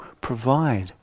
provide